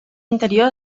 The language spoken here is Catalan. interior